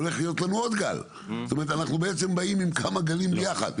אז הולך להיות לנו עוד גל ואנחנו בעצם באים עם כמה גלים יחד.